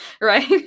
right